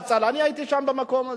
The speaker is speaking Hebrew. "איחוד ההצלה", אני הייתי שם, במקום הזה.